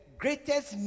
greatest